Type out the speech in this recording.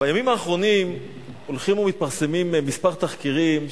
בימים האחרונים הולכים ומתפרסמים כמה תחקירים,